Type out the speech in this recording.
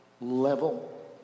level